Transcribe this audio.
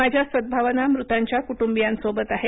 माझ्या सद्ग्रभावना मृतांच्या कुटुंबियांसोबत आहेत